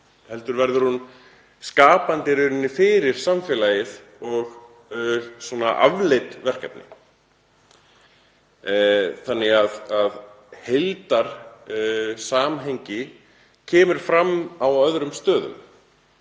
heldur verður hún skapandi fyrir samfélagið og afleidd verkefni þannig að heildarsamhengi kemur fram á öðrum stöðum.